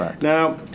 Now